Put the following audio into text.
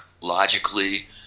logically